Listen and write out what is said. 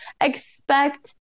expect